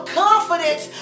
confidence